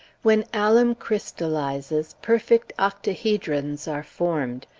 when alum crystallizes perfect octahedrons are formed.